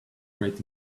great